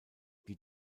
die